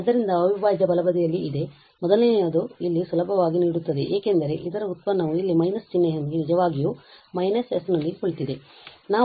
ಆದ್ದರಿಂದ ಅವಿಭಾಜ್ಯ ಬಲಬದಿಯಲ್ಲಿಇದೆ ಮೊದಲನೆಯದು ಇಲ್ಲಿ ಸುಲಭವಾಗಿ ನೀಡುತ್ತದೆ ಏಕೆಂದರೆ ಇದರ ವ್ಯುತ್ಪನ್ನವು ಇಲ್ಲಿ ಮೈನಸ್ ಚಿಹ್ನೆಯೊಂದಿಗೆ ನಿಜವಾಗಿಯೂ s ನೊಂದಿಗೆ ಕುಳಿತಿದೆ